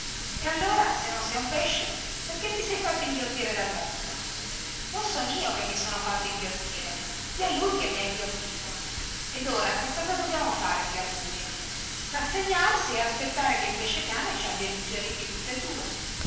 e allora se non sei un pesce perché ti sei fatto inghiottire dal mostro non son io che mi son fatto inghiottire gli è lui che mi ha inghiottito ed ora che cosa dobbiamo fare qui al buio rassegnarsi e aspettare che il pesce-cane ci abbia digeriti tutte due